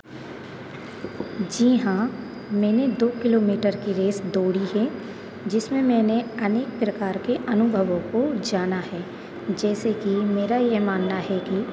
जी हाँ मैंने दो किलोमीटर की रेस दौड़ी है जिसमें मैंने अनेक प्रकार के अनुभवों को जाना है जैसे कि मेरा यह मानना है कि